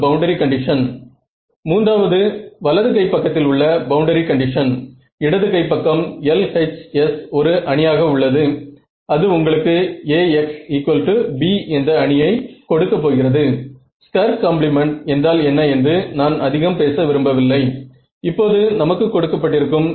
ஒரு ப்ராப்ளத்தை புரிந்து கொள்ள பல்ஸ் பேசிஸ் டெல்டா டெஸ்ட்டிங் மிக சிறந்தது என்பதை மனதில் வைத்து கொள்ளுங்கள்